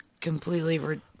completely